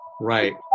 Right